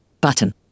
Button